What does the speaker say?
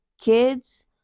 Kids